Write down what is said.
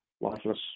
lifeless